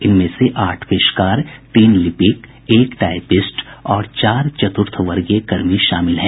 इनमें से आठ पेशकार तीन लिपिक एक टाईपिस्ट और चार चतुर्थवर्गीय कर्मी शामिल हैं